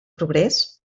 progrés